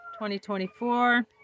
2024